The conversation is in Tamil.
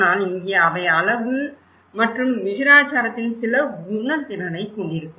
ஆனால் இங்கே அவை அளவு மற்றும் விகிதாச்சாரத்தின் சில உணர்திறனைக் கொண்டிருக்கும்